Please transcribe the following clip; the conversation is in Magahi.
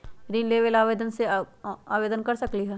ऋण लेवे ला ऑनलाइन से आवेदन कर सकली?